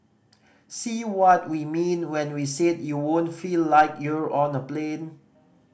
see what we mean when we said you won't feel like you're on a plane